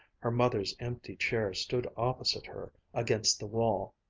her mother's empty chair stood opposite her, against the wall.